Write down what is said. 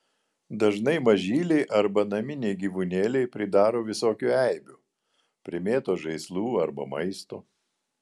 dažnai mažyliai arba naminiai gyvūnėliai pridaro visokių eibių primėto žaislų arba maisto